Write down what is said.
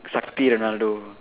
Sakthi Ronaldo